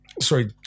sorry